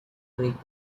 break